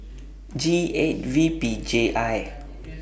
G eight V P J I